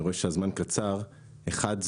האחד,